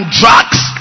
drugs